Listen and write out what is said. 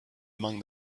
among